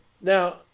Now